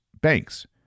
banks